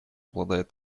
обладает